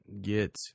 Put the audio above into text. get